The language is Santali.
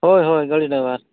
ᱦᱳᱭ ᱦᱳᱭ ᱜᱟᱹᱰᱤ ᱰᱟᱭᱵᱟᱨ